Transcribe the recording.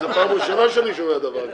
זו פעם ראשונה שאני שומע דבר כזה.